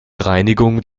reinigung